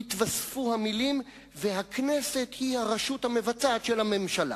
יתווספו המלים: "והכנסת היא הרשות המבצעת של הממשלה".